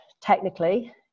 technically